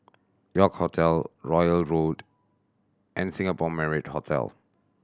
York Hotel Royal Road and Singapore Marriott Hotel